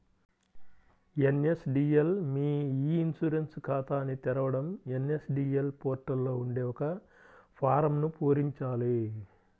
NSDL మీ e insurance ఖాతాని తెరవడం ఎన్.ఎస్.డి.ఎల్ పోర్టల్ లో ఉండే ఒక ఫారమ్ను పూరించాలి